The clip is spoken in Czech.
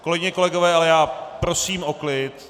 Kolegyně, kolegové, ale já prosím o klid.